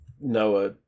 Noah